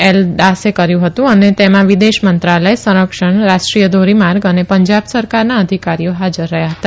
L દાસે કર્યુ હતું અને તેમાં વિદેશ મંત્રાલય સંરક્ષણ રાષ્ટ્રીય ધોરીમાર્ગ અને પંજાબ સરકારના અધિકારીઓ હાજર રહયાં હતા